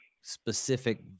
specific